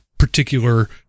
particular